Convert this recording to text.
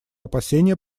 опасения